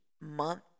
month